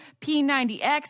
p90x